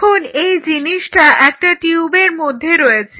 এখন এই জিনিসটা একটা টিউবের মধ্যে রয়েছে